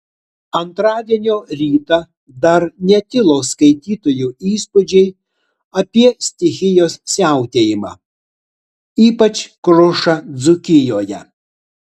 antradienio rytą dar netilo skaitytojų įspūdžiai apie stichijos siautėjimą ypač krušą dzūkijoje